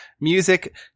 Music